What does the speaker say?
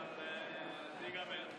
תודה רבה.